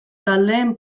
taldeen